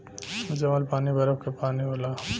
जमल पानी बरफ के पानी होला